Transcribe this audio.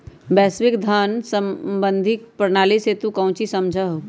वैश्विक धन सम्बंधी प्रणाली से तू काउची समझा हुँ?